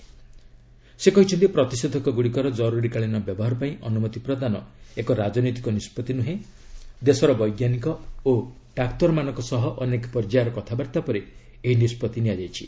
ପ୍ରଧାନମନ୍ତ୍ରୀ କହିଛନ୍ତି ପ୍ରତିଷେଧକ ଗୁଡ଼ିକର ଜରୁରିକାଳୀନ ବ୍ୟବହାର ପାଇଁ ଅନୁମତି ପ୍ରଦାନ ଏକ ରାଜନୈତିକ ନିଷ୍ପଭି ନୁହେଁ ଦେଶର ବୈଜ୍ଞାନିକ ଓ ଡାକ୍ତରମାନଙ୍କ ସହ ଅନେକ ପର୍ଯ୍ୟାୟର କଥାବାର୍ତ୍ତା ପରେ ଏହି ନିଷ୍ପଭି ନିଆଯାଇଛି